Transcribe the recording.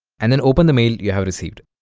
and then open the mail you have received